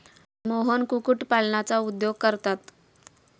मोहन कुक्कुटपालनाचा उद्योग करतात